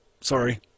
sorry